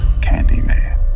Candyman